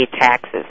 taxes